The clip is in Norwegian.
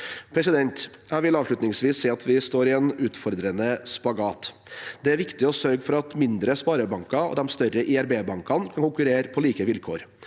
er vedtatt. Jeg vil avslutningsvis si at vi står i en utfordrende spagat. Det er viktig å sørge for at mindre sparebanker og de større IRB-bankene kan konkurrere på like vilkår.